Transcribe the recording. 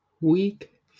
week